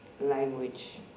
language